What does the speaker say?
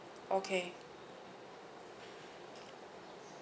okay